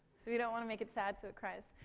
so we don't want to make it sad so it cries.